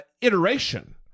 iteration